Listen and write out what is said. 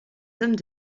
hommes